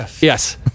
Yes